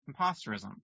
imposterism